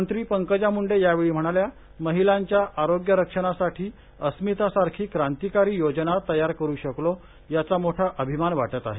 मंत्री पंकजा मुंडे म्हणाल्या महिलांच्या आरोग्य रक्षणासाठी अस्मितासारखी क्रांतिकारी योजना तयार करु शकलो याचा मोठा अभिमान वाटत आहे